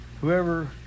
Whoever